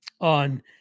on